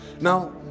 Now